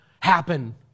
happen